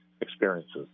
experiences